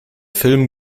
film